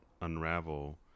Unravel